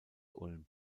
ulm